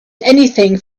anything